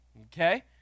okay